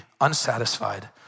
unsatisfied